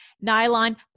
nylon